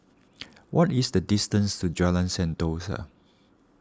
what is the distance to Jalan Sentosa